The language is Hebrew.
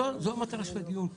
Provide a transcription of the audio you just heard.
זו המטרה של הדיון פה.